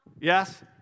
Yes